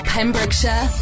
Pembrokeshire